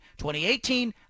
2018